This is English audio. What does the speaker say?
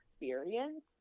experience